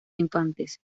infantes